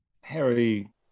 Harry